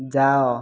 ଯାଅ